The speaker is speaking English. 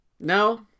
No